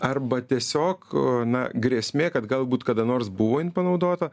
arba tiesiog na grėsmė kad galbūt kada nors buvo jin panaudota